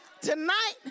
Tonight